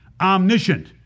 Omniscient